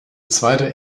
zweiter